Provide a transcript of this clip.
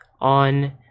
on